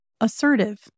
Assertive